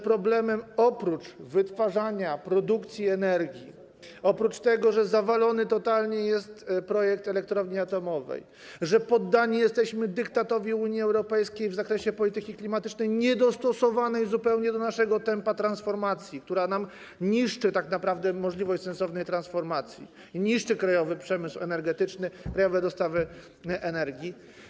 Problemem, oprócz wytwarzania produkcji energii, oprócz tego, że totalnie zawalony jest projekt elektrowni atomowej, że poddani jesteśmy dyktatowi Unii Europejskiej w zakresie polityki klimatycznej, niedostosowanej zupełnie do naszego tempa transformacji, która nam niszczy tak naprawdę możliwość sensownej transformacji, niszczy krajowy przemysł energetyczny, krajowe dostawy energii.